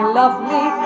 lovely